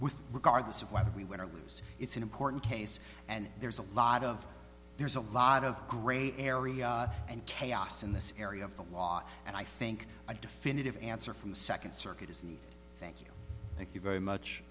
with regardless of whether we win or lose it's an important case and there's a lot of there's a lot of gray area and chaos in this area of the law and i think a definitive answer from the second circuit is the thank you thank you very much